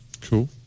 Cool